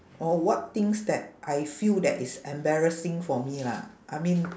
oh what things that I feel that is embarrassing for me lah I mean